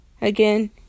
again